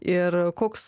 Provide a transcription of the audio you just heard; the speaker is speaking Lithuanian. ir koks